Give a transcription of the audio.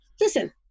listen